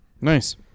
Nice